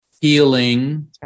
healing